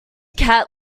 cat